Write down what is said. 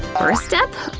first step?